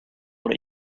what